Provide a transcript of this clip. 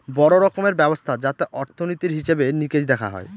বড়ো রকমের ব্যবস্থা যাতে অর্থনীতির হিসেবে নিকেশ দেখা হয়